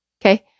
Okay